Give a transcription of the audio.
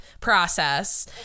process